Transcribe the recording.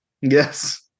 Yes